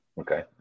Okay